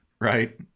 right